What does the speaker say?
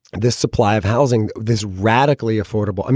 this supply of housing, this radically affordable.